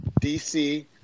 DC